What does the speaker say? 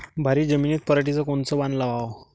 भारी जमिनीत पराटीचं कोनचं वान लावाव?